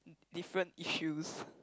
different issues